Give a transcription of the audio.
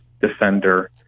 defender